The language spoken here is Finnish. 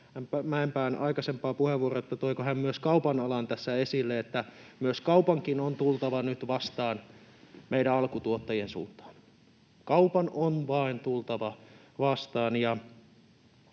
Mäenpään aikaisempaa puheenvuoroa, että toiko hän myös kaupan alan tässä esille, että myös kaupankin on tultava nyt vastaan meidän alkutuottajien suuntaan. Kaupan on vain tultava vastaan.